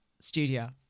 Studio